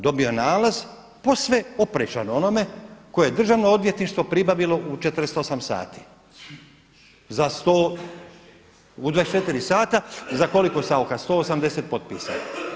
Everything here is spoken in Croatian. Dobio je nalaz posve oprečan onome koje je Državno odvjetništvo pribavilo u 48 h, u 24 sata za koliko Saucha 180 potpisa.